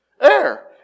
Air